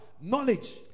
Knowledge